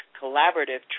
Collaborative